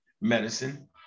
medicine